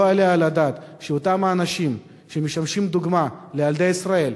לא יעלה על הדעת שאותם אנשים שמשמשים דוגמה לילדי ישראל,